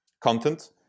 content